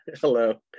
hello